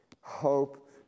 hope